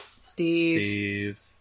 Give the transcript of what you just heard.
Steve